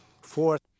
Fourth